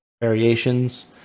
variations